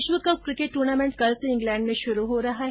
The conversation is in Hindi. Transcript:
विश्व कप क्रिकेट ट्र्नामेंट कल से इंग्लैण्ड में शुरू हो रहा है